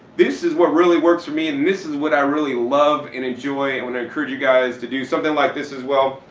this is what really works for me and this is what i really love and enjoy, i want to encourage you guys to do something like this as well,